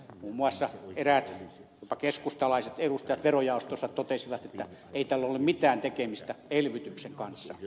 muun muassa eräät jopa keskustalaiset edustajat verojaostossa totesivat että ei tällä ole mitään tekemistä elvytyksen kanssa j